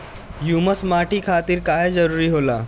Humus माटी खातिर काहे जरूरी होला?